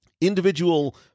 individual